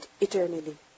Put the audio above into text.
eternally